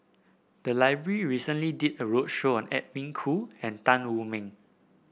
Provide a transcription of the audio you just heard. the library recently did a roadshow on Edwin Koo and Tan Wu Meng